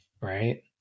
right